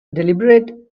deliberate